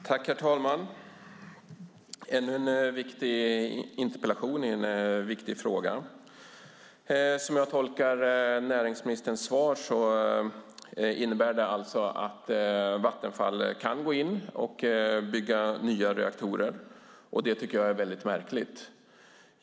Herr talman! Detta är ännu en viktig interpellation i en viktig fråga. Som jag tolkar ministerns svar kan alltså Vattenfall gå in och bygga nya reaktorer. Det tycker jag är mycket märkligt.